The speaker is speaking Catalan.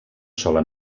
sola